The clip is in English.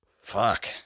fuck